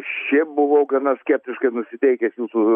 šiaip buvau gana skeptiškai nusiteikęs jūsų